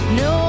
no